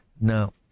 No